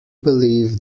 believe